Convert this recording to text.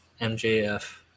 MJF